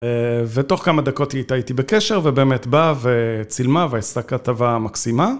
ותוך כמה דקות היא היתה איתי בקשר ובאמת באה וצילמה והעשתה כתבה מקסימה.